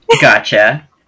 Gotcha